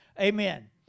Amen